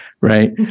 right